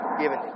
given